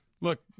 Look